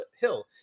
Hill